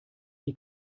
die